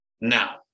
Now